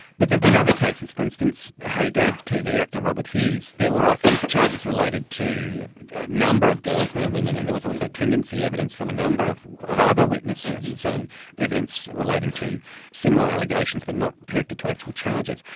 but there have been other cases. for instance, hey dad tv actor robert hughes, there were i think charges related to a number of girls, now women, and there was also tendency evidence from a number of of other witnesses, so evidence relating to similar allegations but not connected to actual charges.